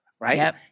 Right